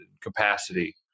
capacity